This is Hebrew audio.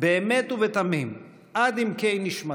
באמת ובתמים, עד עמקי נשמתו,